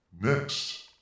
next